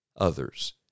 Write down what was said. others